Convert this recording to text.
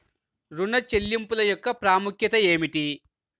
ఋణ చెల్లింపుల యొక్క ప్రాముఖ్యత ఏమిటీ?